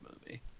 movie